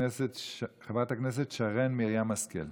חברת הכנסת שרן מרים השכל,